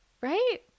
Right